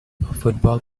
football